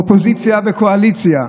אין אופוזיציה וקואליציה,